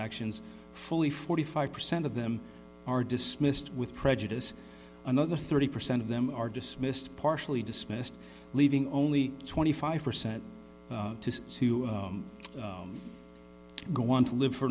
actions fully forty five percent of them are dismissed with prejudice another thirty percent of them are dismissed partially dismissed leaving only twenty five percent to go on to live for